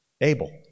abel